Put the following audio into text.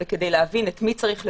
וכדי להבין את מי צריך לבודד,